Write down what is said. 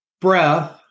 breath